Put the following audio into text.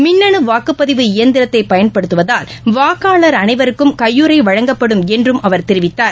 மின்னு வாக்குப்பதிவு இயந்திரத்தை பயன்படுத்துவதால் வாக்காளர் அனைவருக்கும் கையுறை வழங்கப்படும் என்றும் அவர் தெரிவித்தார்